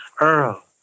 Earl